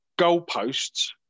goalposts